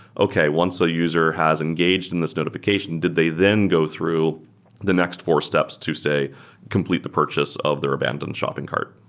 okay, once a user has engaged in this notification, did they then go through the next four steps to say complete the purchase of their abandoned shopping cart?